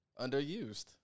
Underused